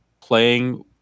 playing